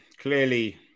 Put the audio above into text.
Clearly